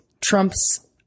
Trump's